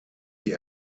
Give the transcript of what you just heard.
die